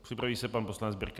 Připraví se pan poslanec Birke.